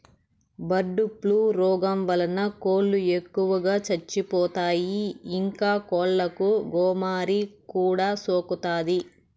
bird flu రోగం వలన కోళ్ళు ఎక్కువగా చచ్చిపోతాయి, ఇంకా కోళ్ళకు గోమారి కూడా సోకుతాది